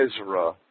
Ezra